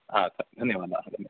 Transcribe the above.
हा धन्यवादा़ धन्यवा